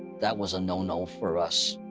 that was a no-no for us.